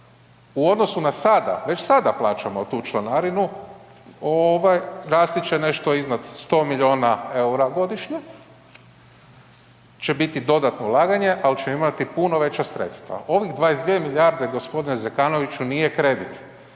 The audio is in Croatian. U odnosu na sada, već sada plaćamo tu članarinu ovaj, rasti će nešto iznad 100 milijuna EUR-a godišnje, će biti dodatno ulaganje, al ćemo imati puno veća sredstva. Ovih 22 milijarde g. Zekanoviću nije kredit,